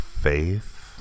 faith